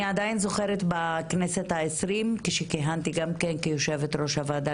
אני זוכרת שבכנסת ה-20 כשכיהנתי גם כיושבת-ראש הוועדה